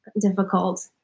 difficult